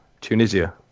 Tunisia